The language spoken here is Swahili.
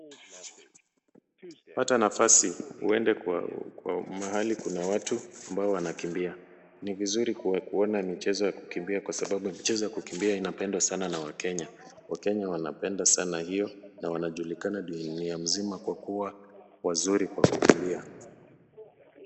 Ukipata nafasi uende kwa watu ambao wanakimbia. Ni vizuri kuona michezo ya kukimbia kwa sababu mchezo ya kukimbia inapendwa sana na wakenya. Wakenya wanapenda sana hiyo na wanajulikana dunia mzima kwa kuwa wazuri kwa kukimbia.